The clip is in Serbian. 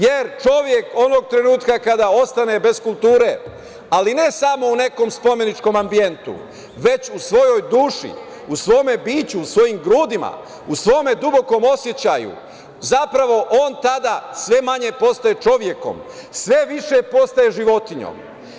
Jer čovek onog trenutka kada ostane bez kulture, ali ne samo u nekom spomeničkom ambijentu, već u svojoj duši, u svome biću, u svojim grudima, u svome dubokom osećaju, zapravo on tada sve manje postaje čovekom, svi više postaje životinjom.